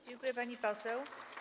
Dziękuję, pani poseł.